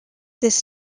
this